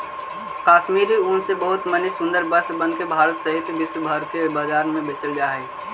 कश्मीरी ऊन से बहुत मणि सुन्दर वस्त्र बनाके भारत सहित विश्व भर के बाजार में बेचल जा हई